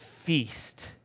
feast